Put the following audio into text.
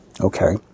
Okay